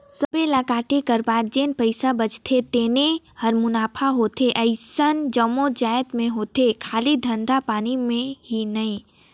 सबे ल कांटे कर बाद जेन पइसा बाचथे तेने हर मुनाफा होथे अइसन जम्मो जाएत में होथे खाली धंधा पानी में ही नई